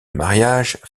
mariage